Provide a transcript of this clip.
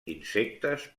insectes